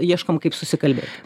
ieškom kaip susikalbėti